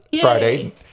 Friday